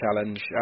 Challenge